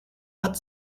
hat